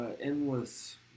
endless